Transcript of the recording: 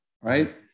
right